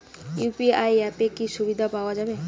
UPI অ্যাপে কি কি সুবিধা পাওয়া যাবে?